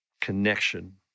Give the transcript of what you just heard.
connection